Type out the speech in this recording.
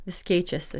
vis keičiasi